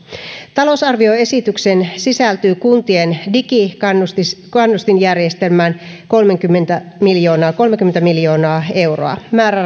talousarvioesitykseen sisältyy kuntien digikannustinjärjestelmään kolmekymmentä miljoonaa kolmekymmentä miljoonaa euroa määräraha on